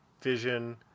vision